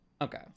Okay